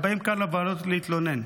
הם באים לכאן, לוועדות, להתלונן.